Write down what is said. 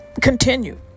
continue